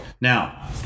now